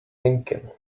lincoln